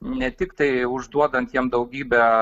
ne tiktai užduodant jam daugybę